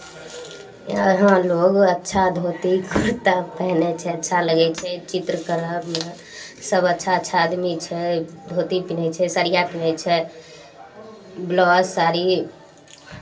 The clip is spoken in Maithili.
यहाँ लोग अच्छा धोती कुरता पेन्है छै अच्छा लगै छै चित्रकलामे सभ अच्छा अच्छा आदमी छै धोती पिन्है छै सड़िआ पिन्है छै ब्लाउज साड़ी